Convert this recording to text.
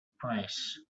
price